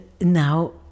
now